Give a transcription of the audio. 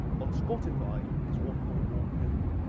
on spotify, it's one point one million.